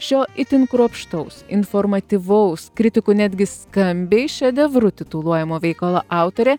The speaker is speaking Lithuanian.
šio itin kruopštaus informatyvaus kritikų netgi skambiai šedevru tituluojamo veikalo autorė